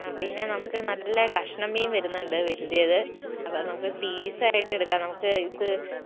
ആ പിന്നെ നമുക്ക് നല്ല കഷ്ണം മീൻ വരുന്നുണ്ട് വലിയത് അപ്പം നമുക്ക് പീസ് ആയിട്ടു എടുക്കം